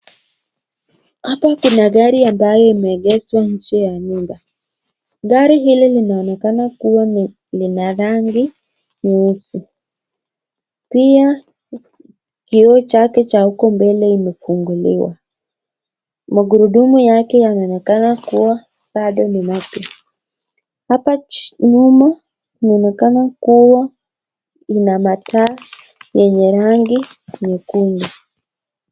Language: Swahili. Hapa kuna gari ambayo imeegeshwa nje ya nyumba. Gari hili linaonekana kuwa lina rangi nyeusi. Pia kioo chake cha huko mbele imefunguliwa. Magurudumu yake yanaonekana kuwa bado ni mapya. Hapa nyuma inaonekana kuwa ina mat